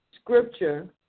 Scripture